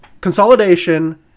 consolidation